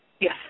Yes